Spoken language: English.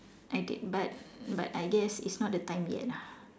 I did but but I guess it's not the time yet ah